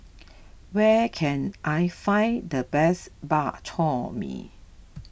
where can I find the best Bak Chor Mee